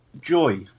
joy